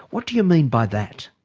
what do you mean by that?